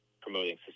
promoting